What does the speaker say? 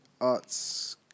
arts